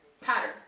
pattern